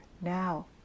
now